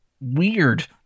weird